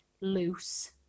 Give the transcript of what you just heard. loose